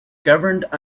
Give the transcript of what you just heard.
governed